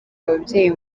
ababyeyi